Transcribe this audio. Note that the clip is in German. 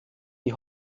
die